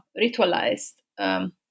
ritualized